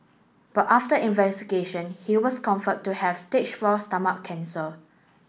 but after investigation he was confirmed to have stage four stomach cancer